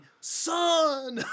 Son